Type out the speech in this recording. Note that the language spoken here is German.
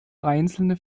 einzelne